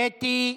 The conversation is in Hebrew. שום כפייה.